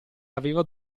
aveva